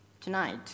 Tonight